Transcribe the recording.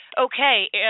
Okay